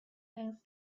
legs